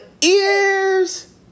ears